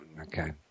Okay